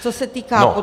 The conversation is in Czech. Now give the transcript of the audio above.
Co se týká